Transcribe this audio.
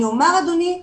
אני אומר אדוני,